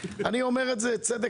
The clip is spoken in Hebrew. בני